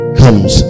comes